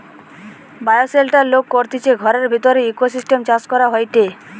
bioshelter লোক করতিছে ঘরের ভিতরের ইকোসিস্টেম চাষ হয়টে